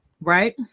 right